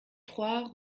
trois